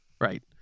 Right